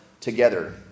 together